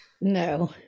No